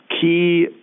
key